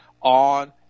On